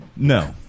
no